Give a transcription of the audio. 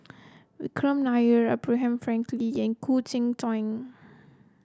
Vikram Nair Abraham Frankel and Khoo Cheng Tiong